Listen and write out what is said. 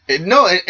No